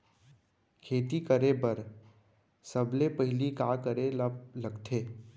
खेती करे बर सबले पहिली का करे ला लगथे?